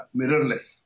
mirrorless